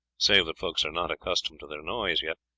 save that folks are not accustomed to their noise yet,